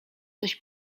coś